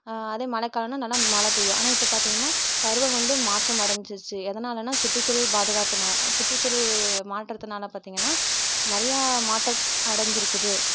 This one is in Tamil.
அதே மழை காலம்னால் நல்லா மழை பெய்யும் ஆனால் இப்போ பார்த்திங்கன்னா பருவம் வந்து மாற்றம் அடைஞ்சிருச்சி எதனாலன்னா சுற்றுசூழல் பாதுகாப்புனால் சுற்றுசூழல் மாற்றத்தினால பார்த்திங்கன்னா நிறையா மாற்றம் அடைஞ்சிருக்குது